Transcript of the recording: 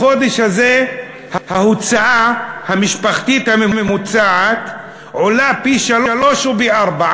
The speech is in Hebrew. בחודש הזה ההוצאה המשפחתית הממוצעת עולה פי-שלושה או פי-ארבעה,